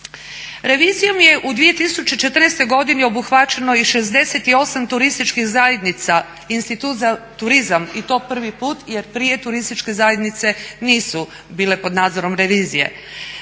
Revizijom je u 2014. godini obuhvaćeno i 68 turističkih zajednica, Institut za turizam i to prvi put jer prije turističke zajednice nisu bile pod nadzorom revizije,